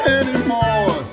anymore